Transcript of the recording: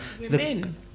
women